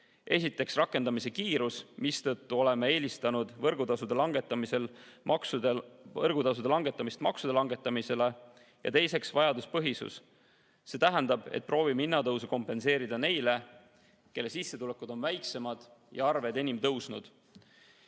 esiteks, rakendamise kiirus, mistõttu oleme eelistanud võrgutasude langetamist maksude langetamisele, ja teiseks, vajaduspõhisus. See tähendab, et proovime hinnatõusu kompenseerida neile, kelle sissetulekud on väiksemad ja arved enim tõusnud. Kõigile